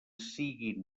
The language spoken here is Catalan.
siguin